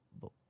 book